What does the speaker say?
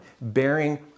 bearing